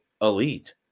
elite